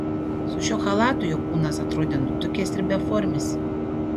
su šiuo chalatu jo kūnas atrodė nutukęs ir beformis